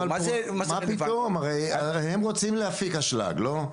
מה פתאום, הרי הם רוצים להפיק אשלג לא?